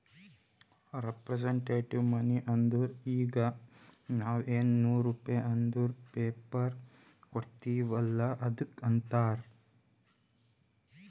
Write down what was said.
representative money ಅಂದುರ್ ಈಗ ನಾವ್ ಎನ್ ನೂರ್ ರುಪೇ ಅಂದುರ್ ಪೇಪರ್ ಕೊಡ್ತಿವ್ ಅಲ್ಲ ಅದ್ದುಕ್ ಅಂತಾರ್